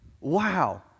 Wow